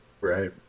right